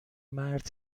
مرد